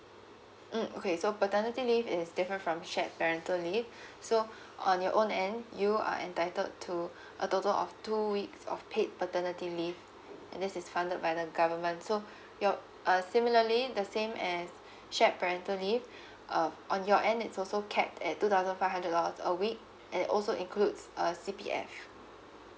mm okay so paternity leave is different from shared parental leave so on your own end you are entitled to a total of two weeks of paid paternity leave and this is funded by the government so your uh similarly the same as shared parental leave uh on your end it's also kept at two thousand five hundred dollars a week and it also includes uh C_P_F